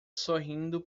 sorrindo